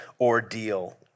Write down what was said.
ordeal